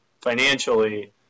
financially